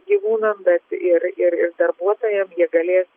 gyvūnam bet ir ir ir darbuotojam jie galės